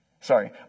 Sorry